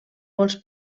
molts